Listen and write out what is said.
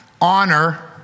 Honor